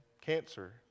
cancer